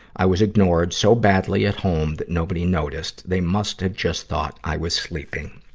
i was ignored so badly at home that nobody noticed. they must have just thought i was sleeping.